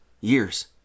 Years